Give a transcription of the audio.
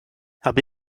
habe